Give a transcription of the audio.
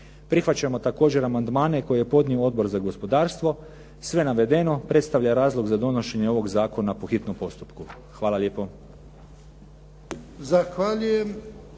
Prihvaćamo također amandmane koje je podnio Odbor za gospodarstvo sve navedeno predstavlja razlog za donošenje ovog zakona po hitnom postupku. Hvala lijepo.